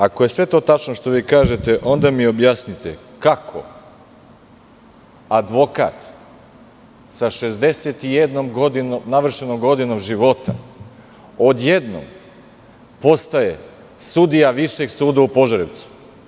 Ako je sve to tačno što vi kažete, onda mi objasnite kako advokat sa 61 navršenom godinom života odjednom postaje sudija Višeg suda u Požarevcu?